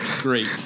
great